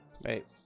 Wait